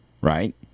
right